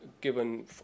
given